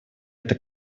эта